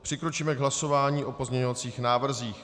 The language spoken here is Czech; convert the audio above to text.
Přikročíme k hlasování o pozměňovacích návrzích.